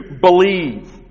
believe